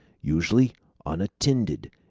usually unattended,